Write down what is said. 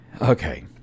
Okay